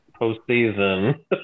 postseason